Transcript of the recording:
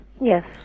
Yes